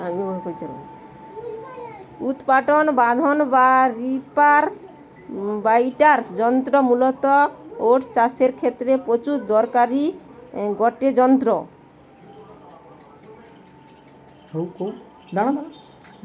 উৎপাটন বাঁধন বা রিপার বাইন্ডার যন্ত্র মূলতঃ ওট চাষের ক্ষেত্রে প্রচুর দরকারি গটে যন্ত্র